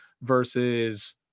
versus